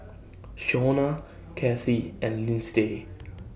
Shaunna Cathie and Lyndsay